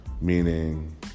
meaning